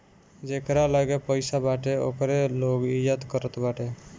जेकरा लगे पईसा बाटे ओकरे लोग इज्जत करत बाटे